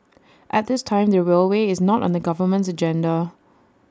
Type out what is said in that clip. at this time the railway is not on the government's agenda